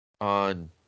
on